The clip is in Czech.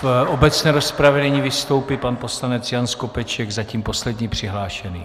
V obecné rozpravě nyní vystoupí pan poslanec Jan Skopeček, zatím poslední přihlášený.